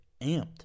amped